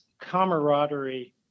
camaraderie